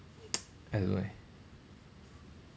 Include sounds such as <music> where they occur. <noise> I don't know eh